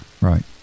right